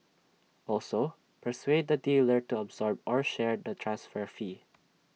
also persuade the dealer to absorb or share the transfer fee